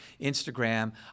Instagram